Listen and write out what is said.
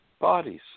Bodies